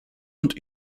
und